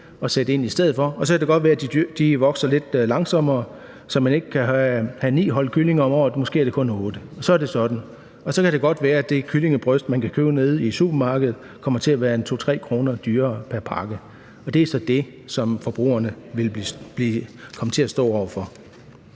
og sætte ind i stedet for. Så kan det godt være, at de vokser lidt langsommere, så man ikke kan have ni hold kyllinger om året, men måske kun otte, og så er det sådan. Så kan det godt være, at det kyllingebryst, man kan købe nede i supermarkedet, kommer til at være 2-3 kr. dyrere pr. pakke, og det er så det, som forbrugerne vil komme til at stå over for.